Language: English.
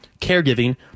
caregiving